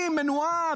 היא מנועה,